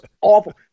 awful